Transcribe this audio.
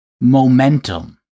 momentum